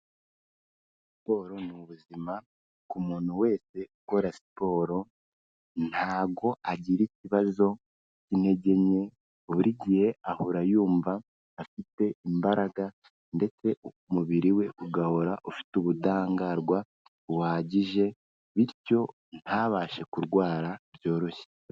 Siporo n' ubuzima ku muntu wese ukora siporo ntago agira ikibazo cy'intege nke buri gihe ahora yumva afite imbaraga ndetse umubiri we ugahora ufite ubudahangarwa buhagije bityo ntabashe kurwara byoroshye.